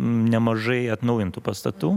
nemažai atnaujintų pastatų